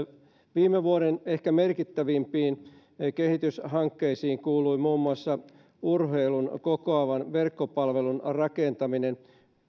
viime vuoden ehkä merkittävimpiin kehityshankkeisiin kuului muun muassa urheilun kokoavan verkkopalvelun rakentaminen